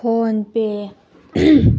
phone ꯄꯦ